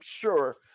sure